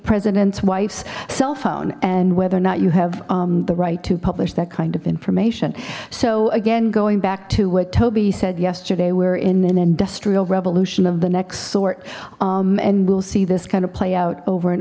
president's wife's cell phone and whether or not you have the right to publish that kind of information so again going back to what toby said yesterday we're in an industrial revolution of the next sort and we'll see this kind of play out over and